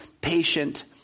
patient